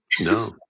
No